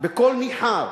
בקול ניחר.